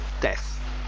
death